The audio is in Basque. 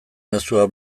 mezua